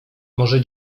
może